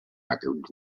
record